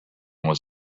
was